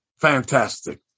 fantastic